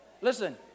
Listen